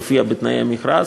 יופיע בתנאי המכרז.